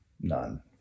None